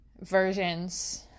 versions